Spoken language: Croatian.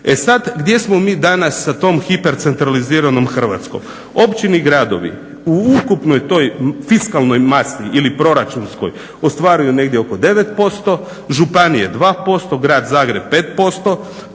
E sad, gdje smo mi danas sa tom hiper centraliziranom Hrvatskom? Općine i gradovi u ukupnoj toj fiskalnoj masi ili proračunskoj ostvaruju negdje oko 9%, županije 2%, Grad Zagreb 5%.